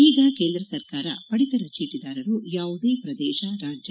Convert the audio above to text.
ಈಗ ಕೇಂದ್ರ ಸರ್ಕಾರ ಪಡಿತರ ಚೀಟದಾರರು ಯಾವುದೇ ಪ್ರದೇಶ ರಾಜ್ಯ